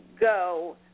go